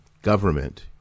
government